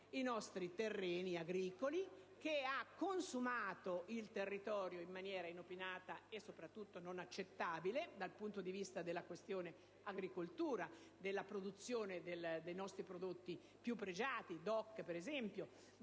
i nostri terreni agricoli e ha consumato il territorio in maniera inopinata e soprattutto non accettabile dal punto di vista della questione agricoltura, della produzione dei nostri prodotti più pregiati, quelli DOC per esempio.